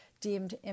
deemed